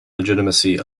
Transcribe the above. legitimacy